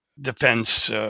defense